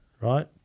right